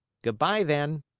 good-by, then,